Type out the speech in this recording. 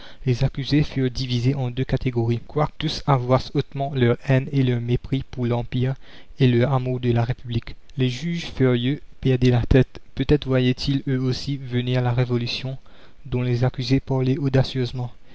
les accusés furent divisés en deux catégories quoique tous avouassent hautement leur haine et leur mépris pour l'empire et leur amour de la république la commune les juges furieux perdaient la tête peut-être voyaient-ils eux aussi venir la révolution dont les accusés